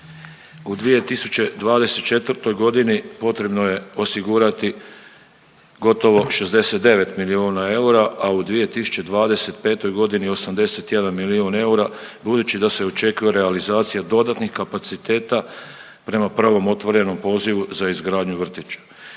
U 2024. godini potrebno je osigurati gotovo 69 milijuna eura, a u 2025. godini 81 milijun eura, budući da se očekuje realizacija dodatnih kapaciteta prema prvom otvorenom pozivu za izgradnju vrtića.